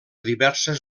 diverses